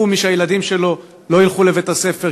מי שהילדים שלו לא ילכו לבתי-הספר,